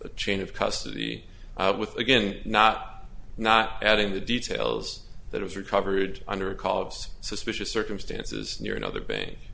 a chain of custody with again not not adding the details that was recovered under a colleague's suspicious circumstances near another bank